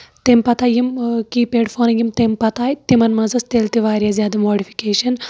تَمہِ پَتَے یِم کیپیڈ فون یِم تمہِ پَتہٕ آیہِ تِمن منٛز ٲسۍ تیٚلہِ تہِ واریاہ زیادٕ ماڈِفِکیشن